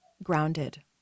grounded